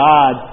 God